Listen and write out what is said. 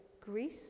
Greece